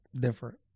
different